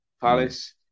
Palace